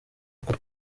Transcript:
uko